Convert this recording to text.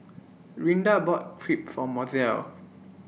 Rinda bought Crepe For Mozell